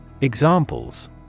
Examples